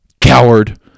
Coward